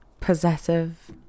possessive